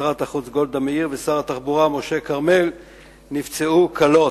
שרת החוץ גולדה מאיר ושר התחבורה משה כרמל נפצעו קלות,